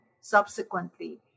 subsequently